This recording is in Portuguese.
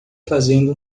fazendo